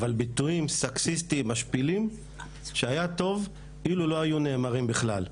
אבל ביטויים סקסיסטים משפילים שהיה טוב אילו לא היו נאמרים בכלל.